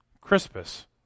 Crispus